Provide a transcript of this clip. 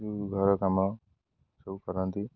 ଯେଉଁ ଘର କାମ ସବୁ କରନ୍ତି